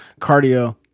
cardio